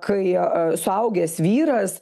kai suaugęs vyras